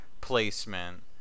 placement